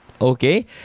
okay